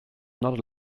not